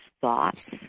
thoughts